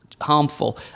harmful